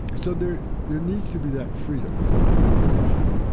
so there there needs to be that freedom, that liberation,